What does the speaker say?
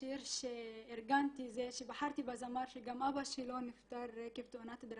בחרתי בזמר שגם אבא שלו נפטר מתאונת דרכים.